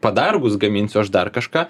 padargus gaminsiu aš dar kažką